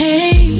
Hey